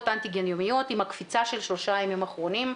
אנטיגן יומיות עם הקפיצה של שלושה הימים אחרונים,